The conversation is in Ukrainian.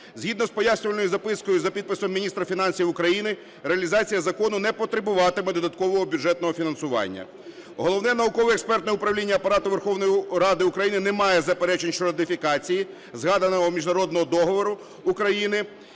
Згідно з пояснювальною запискою за підписом міністра фінансів України реалізація закону не потребуватиме додаткового бюджетного фінансування. Головне науково-експертне управління Апарату Верховної Ради України не має заперечень щодо ратифікації згаданого міжнародного договору України.